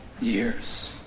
years